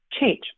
change